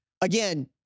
Again